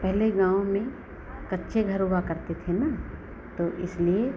पहले गाँव में कच्चे घर हुआ करते थे ना तो इसलिए